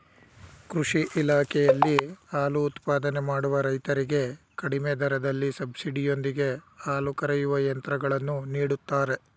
ಕೃಷಿ ಇಲಾಖೆಯಲ್ಲಿ ಹಾಲು ಉತ್ಪಾದನೆ ಮಾಡುವ ರೈತರಿಗೆ ಕಡಿಮೆ ದರದಲ್ಲಿ ಸಬ್ಸಿಡಿ ಯೊಂದಿಗೆ ಹಾಲು ಕರೆಯುವ ಯಂತ್ರಗಳನ್ನು ನೀಡುತ್ತಾರೆ